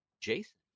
Jason